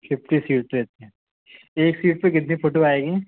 fifty seed रहती हैं एक सीड पर कितनी फोटो आएगी